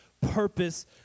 purpose